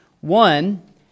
One